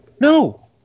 no